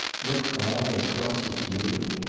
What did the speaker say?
look i as cross as you?